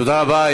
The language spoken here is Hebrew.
תודה רבה.